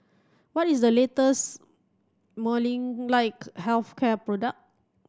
what is the latest Molnylcke health care product